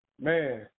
man